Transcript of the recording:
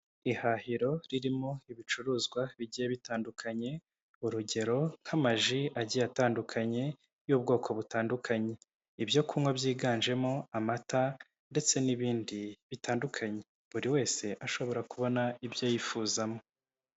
Ihahiro ririmo ibicuruzwa bigiye bitandukanye, urugero nk'amaji agiye atandukanye y'ubwoko butandukanye, ibyo kunywa byiganjemo amata ndetse n'ibindi bitandukanye buri wese ashobora kubona ibyo yifuzamo.